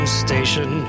station